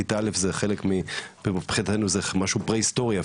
כיתה א' זה מבחינתנו משהו פרה-היסטורי,